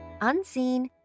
unseen